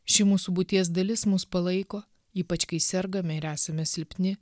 ši mūsų būties dalis mus palaiko ypač kai sergame ir esame silpni